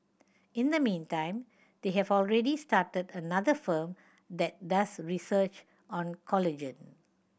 in the meantime they have already started another firm that does research on collagen